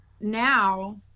now